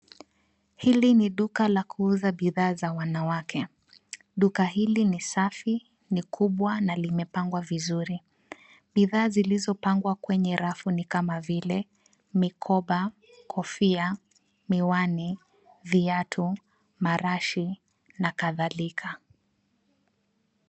Hili ni duka la kuuza bidhaa za wanawake duka hili ni safi, ni kubwa na limepangwa vizuri. Bidhaa zilizopangwa kwenye rafu ni kama vile mikoba, kofia, miwani, viatu, marashi na kadhalika.